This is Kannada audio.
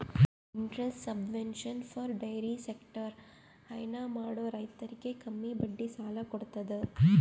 interest subvention for dairy sector ಹೈನಾ ಮಾಡೋ ರೈತರಿಗ್ ಕಮ್ಮಿ ಬಡ್ಡಿ ಸಾಲಾ ಕೊಡತದ್